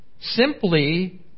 Simply